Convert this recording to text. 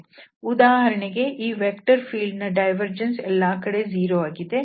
ಉದಾಹರಣೆಗೆ ಈ vector field ನ ಡೈವರ್ಜೆನ್ಸ್ ಎಲ್ಲಾ ಕಡೆ 0 ಆಗಿದೆ